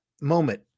moment